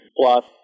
plus